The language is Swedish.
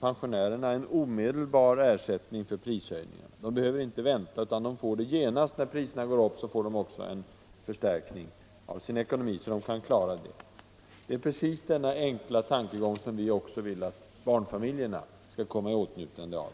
pensionärerna en omedelbar ersättning för prishöjningarna. De behöver inte vänta, utan genast när priserna går upp får de också en förstärkning av sin ekonomi, så att de kan klara dessa prishöjningar. Det är precis denna enkla ordning som vi vill att också barnfamiljer skall komma i åtnjutande av.